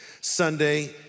Sunday